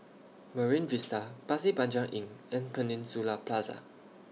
Marine Vista Pasir Panjang Inn and Peninsula Plaza